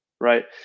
right